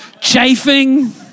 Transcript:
Chafing